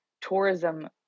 tourism